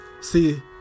See